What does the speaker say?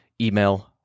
email